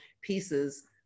pieces